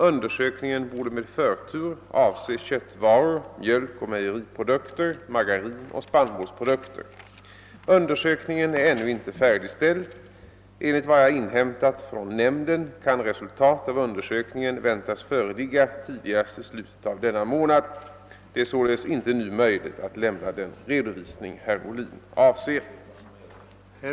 Undersökningen borde med förtur avse köttvaror, mjölk och mejeriprodukter, margarin och spannmålsprodukter. Undersökningen är ännu inte färdigställd. Enligt vad jag inhämtat från nämnden kan resultat av undersökningen väntas föreligga tidigast i slutet av denna månad. Det är således inte nu möjligt att lämna den redovisning herr Ohlin avser.